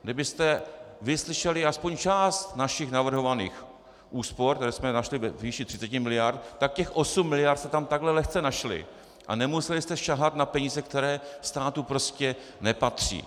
Kdybyste vyslyšeli alespoň část našich navrhovaných úspor, které jsme našli ve výši 30 miliard, tak těch osm miliard jste tam takhle lehce našli a nemuseli jste sahat na peníze, které státu prostě nepatří.